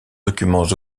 documents